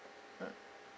mm